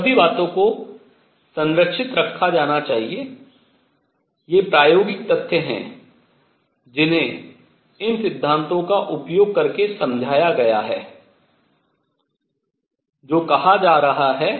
इन सभी बातों को संरक्षित रखा जाना चाहिए ये प्रायोगिक तथ्य हैं जिन्हें इन सिद्धांतों का उपयोग करके समझाया गया है जो कहा जा रहा है